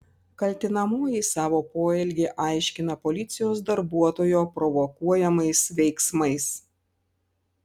kaltinamoji savo poelgį aiškina policijos darbuotojo provokuojamais veiksmais